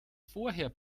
vorher